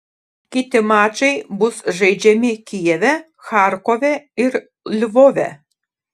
kiti mačai bus žaidžiami kijeve charkove ir lvove